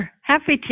Happy